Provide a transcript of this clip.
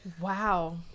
wow